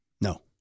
No